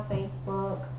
Facebook